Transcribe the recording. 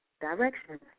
directions